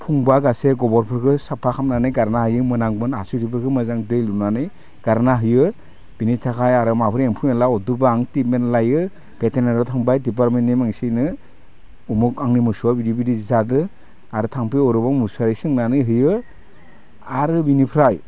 फुंबा गासै गोबोरफोरखौ साफा खालामनानै गारना हायो मोनामगोन हासुदैफोरखौ मोजां दै लुनानै गारना होयो बेनि थाखाय आरो माबाफोर एम्फौ एनला अरदोंबा ट्रिटमेन्ट लायो भेटेनारिआव थांबाय दिपारेन्टनि मानसिनो अमुख आंनि मोसौआ बिदि बिदि जादों आरो थाम्फै अरोबा मुसारि सोंनानै होयो आरो बेनिफ्राय